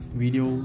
video